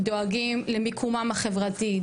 דואגים למיקומם החברתי,